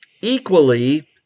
equally